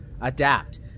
adapt